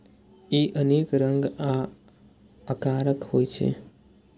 ई अनेक रंग आ आकारक होइ छै